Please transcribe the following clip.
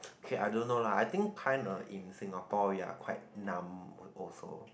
okay I don't know lah I think kinda in Singapore we are quite numb also